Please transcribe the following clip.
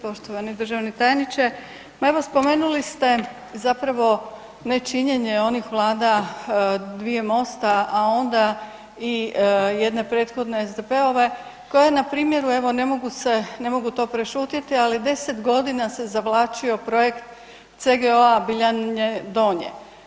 Poštovani državni tajniče, pa evo spomenuli ste zapravo nečinjenje onih Vlada dvije Mosta, a onda i jedne prethodne SDP-ove, koja na primjeru evo ne mogu to prešutjeti ali 10 godina se zavlačio projekt CGO-a Biljane Donje.